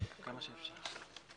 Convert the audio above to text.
כמה שאפשר.